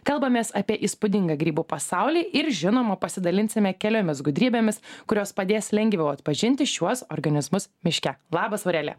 kalbamės apie įspūdingą grybų pasaulį ir žinoma pasidalinsime keliomis gudrybėmis kurios padės lengviau atpažinti šiuos organizmus miške labas aurelija